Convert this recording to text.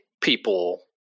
people